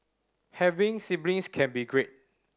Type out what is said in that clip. having siblings can be great